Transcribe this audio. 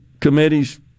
committees